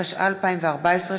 התשע"ה 2014,